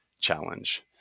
challenge